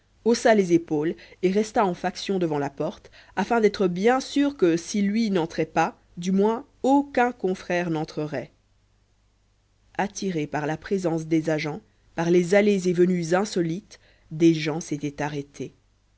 haussa les épaules et resta en faction devant la porte afin d'être bien sûr que si lui n'entrait pas du moins aucun confrère n'entrerait attirés par la présence des agents par les allées et venues insolites des gens s'étaient arrêtés